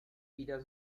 wieder